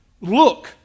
look